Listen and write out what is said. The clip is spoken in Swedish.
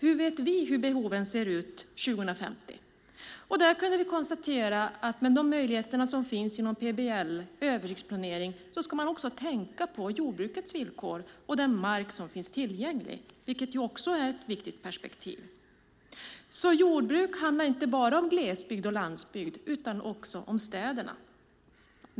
Hur vet vi hur behoven ser ut 2050? Vi kunde också konstatera att med de möjligheter som finns i PBL till överexploatering ska man tänka på jordbrukets villkor och den mark som finns tillgänglig, vilket också är ett viktigt perspektiv. Jordbruk handlar alltså inte bara om glesbygd och landsbygd utan också om städerna.